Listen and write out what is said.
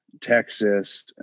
Texas